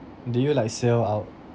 did you like sail out